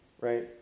right